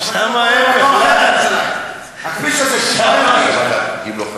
הכביש הזה שם בעייתי,